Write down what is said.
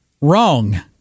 wrong